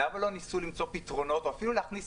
למה לא ניסו למצוא פתרונות ואפילו להכניס